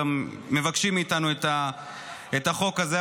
גם מבקשים מאיתנו את החוק הזה.